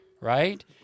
right